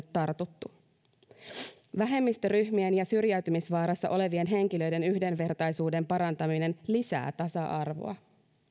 tartuttu vähemmistöryhmien ja syrjäytymisvaarassa olevien henkilöiden yhdenvertaisuuden parantaminen lisää tasa arvoa